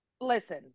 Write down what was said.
listen